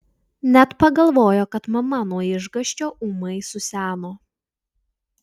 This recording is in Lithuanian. net pagalvojo kad mama nuo išgąsčio ūmai suseno